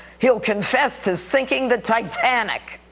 he'll confess to sinking the titanic.